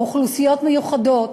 או אוכלוסיות מיוחדות,